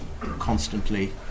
constantly